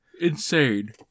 Insane